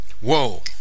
whoa